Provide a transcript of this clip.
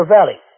Valley